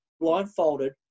blindfolded